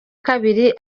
kabiri